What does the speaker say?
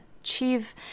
achieve